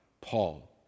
Paul